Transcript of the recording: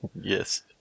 Yes